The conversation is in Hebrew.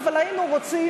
אבל היינו רוצים